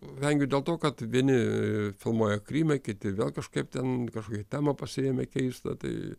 vengiu dėl to kad vieni filmuoja kryme kiti vėl kažkaip ten kažkaip temą pasiėmė keistą tai